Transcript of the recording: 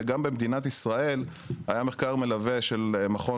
וגם במדינת ישראל היה מחקר מלווה של מכון